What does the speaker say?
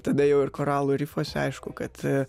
tada jau ir koralų rifuose aišku kad